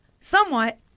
Somewhat